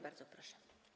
Bardzo proszę.